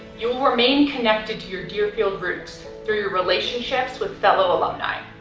you will remain connected to your deerfield groups through your relationships with fellow alumni.